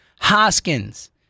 Hoskins